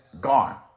gone